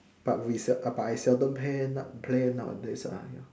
but we sel~ but I seldom pay play nowadays uh ya